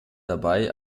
dabei